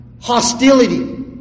hostility